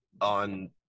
on